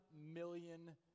million